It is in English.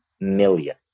million